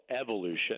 Evolution